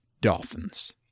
Dolphins